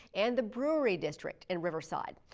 and the brewery district in riverside.